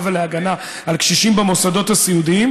ולהגנה על קשישים במוסדות הסיעודיים,